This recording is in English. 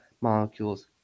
molecules